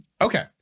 okay